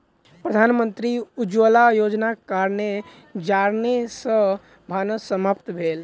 प्रधानमंत्री उज्ज्वला योजनाक कारणेँ जारैन सॅ भानस समाप्त भेल